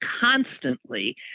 constantly